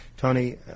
Tony